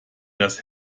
das